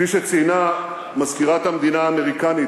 כפי שציינה מזכירת המדינה האמריקנית,